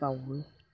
बावो